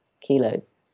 kilos